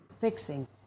fixing